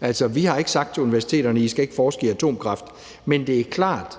Altså, vi har ikke sagt til universiteterne, at de ikke skal forske i atomkraft. Men det er klart,